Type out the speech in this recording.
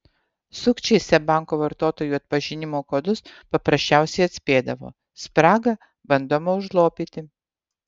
sukčiai seb banko vartotojų atpažinimo kodus paprasčiausiai atspėdavo spragą bandoma užlopyti